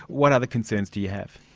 what other concerns to you have?